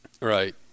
Right